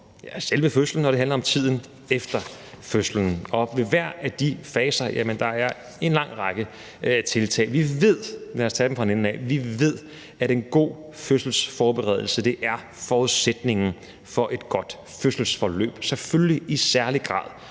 selve fødslen, og det handler om tiden efter fødslen, og ved hver af de faser er der en lang række tiltag. Vi ved, lad os tage den fra en ende af, at en god fødselsforberedelse er forudsætningen for et godt fødselsforløb, selvfølgelig i særlig grad